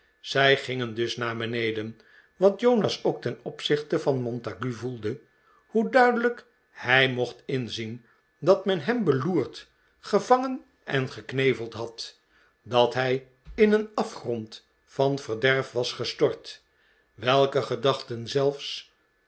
zij gingen dus naar beneden wat jonas ook ten opzichte van montague voelde hoe duidelijk hij mocht inzien dat men hem beloerd gevangen en gekneveld had dat hij in een afgrond van verderf was gestort welke gedachten zelfs